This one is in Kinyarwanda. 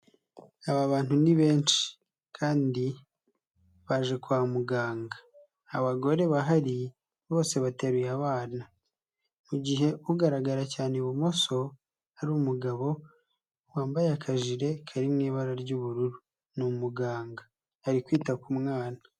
Aba bantu ni benshi kandi baje kwa muganga. Abagore bahari bose bateruye abana. Mu gihe ugaragara cyane ibumoso ari umugabo wambaye akajirire kari mu ibara ry'ubururu. Ni umuganga ari kwita ku mwana.